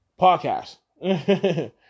Podcast